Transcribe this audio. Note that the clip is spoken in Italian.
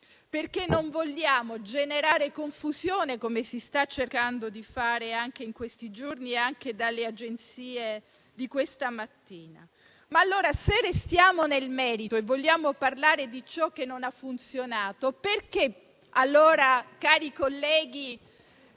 perché non vogliamo generare confusione, come si sta cercando di fare in questi giorni, anche dalle agenzie di questa mattina. Ma allora, se restiamo nel merito e vogliamo parlare di ciò che non ha funzionato, perché avete paura, cari colleghi